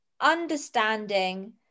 understanding